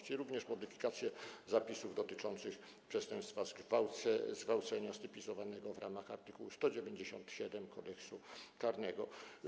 Nastąpi również modyfikacja zapisów dotyczących przestępstwa zgwałcenia stypizowanego w ramach art. 197 Kodeksu karnego.